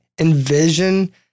envision